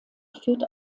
führt